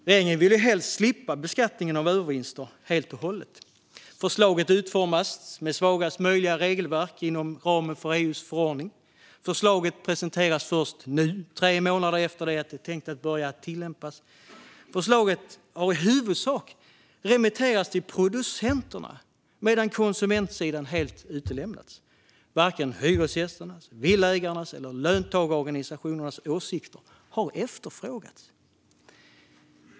Regeringen vill helst slippa beskattningen av övervinster helt och hållet. Förslaget utformas med svagast möjliga regelverk inom ramen för EU:s förordning. Förslaget presenteras först nu, tre månader efter att det är tänkt att börja tillämpas. Förslaget har i huvudsak remitterats till producenterna medan konsumentsidan helt utelämnats. Varken hyresgästernas, villaägarnas eller löntagarorganisationernas åsikter har efterfrågats.